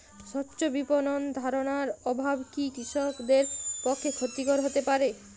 স্বচ্ছ বিপণন ধারণার অভাব কি কৃষকদের পক্ষে ক্ষতিকর হতে পারে?